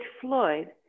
Floyd